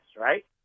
right